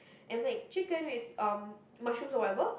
and also like chicken with um mushrooms or whatever